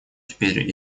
теперь